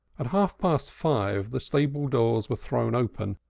at half-past five the stable-doors were thrown open,